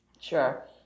Sure